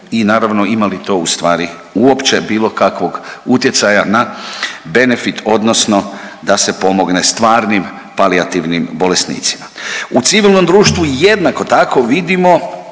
i naravno ima li to ustvari uopće bilo kakvog utjecaja na benefit odnosno da se pomogne stvarnim palijativnim bolesnicima. U civilnom društvu jednako tako vidimo